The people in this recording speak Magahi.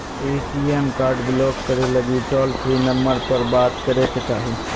ए.टी.एम कार्ड ब्लाक करे लगी टोल फ्री नंबर पर बात करे के चाही